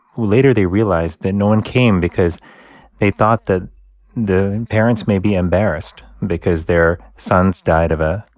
later, they realized that no one came because they thought that the parents may be embarrassed because their son died of a,